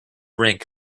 rink